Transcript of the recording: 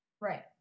Right